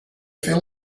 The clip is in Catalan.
fer